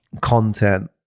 content